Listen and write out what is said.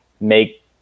make